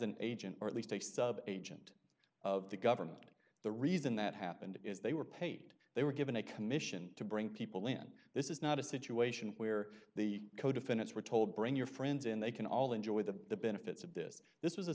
an agent or at least a sub agent of the government and the reason that happened is they were paid they were given a commission to bring people in this is not a situation where the co defendants were told bring your friends in they can all enjoy the benefits of this this was a